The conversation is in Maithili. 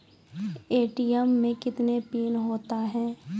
ए.टी.एम मे कितने पिन होता हैं?